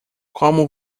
como